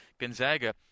Gonzaga